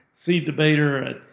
seeddebater